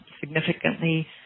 significantly